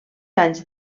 anys